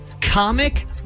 comic